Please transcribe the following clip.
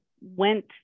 went